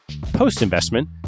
Post-investment